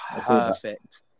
perfect